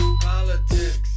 Politics